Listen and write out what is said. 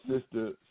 Sister